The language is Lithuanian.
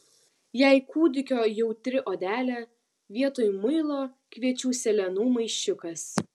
jei kūdikio jautri odelė vietoj muilo kviečių sėlenų maišiukas